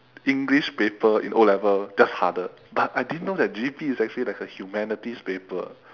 english paper in O level that's harder but I didn't know that G_P is actually like a humanities paper